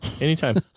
Anytime